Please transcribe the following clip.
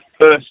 first